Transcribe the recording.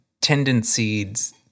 tendencies